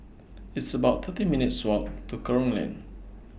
It's about thirty minutes' Walk to Kerong Lane